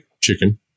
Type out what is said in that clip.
chicken